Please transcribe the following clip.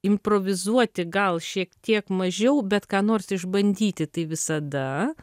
improvizuoti gal šiek tiek mažiau bet ką nors išbandyti tai visada